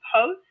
post